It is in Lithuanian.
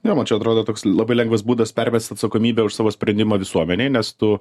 jo man čia atrodo toks labai lengvas būdas permesti atsakomybę už savo sprendimą visuomenei nes tu